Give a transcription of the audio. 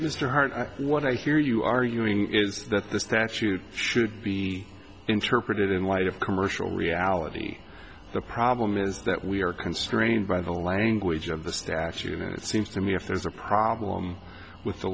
mr hart what i hear you arguing is that the statute should be interpreted in light of commercial reality the problem is that we are constrained by the language of the statute and it seems to me if there's a problem with the